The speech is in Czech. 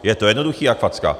Je to jednoduchý jak facka.